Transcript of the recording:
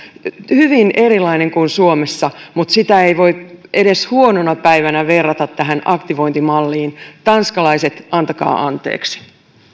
hyvin erilainen kuin suomessa mutta sitä ei voi edes huonona päivänä verrata tähän aktivointimalliin tanskalaiset antakaa anteeksi